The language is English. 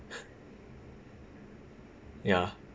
ya